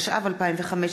התשע"ו 2015,